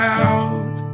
out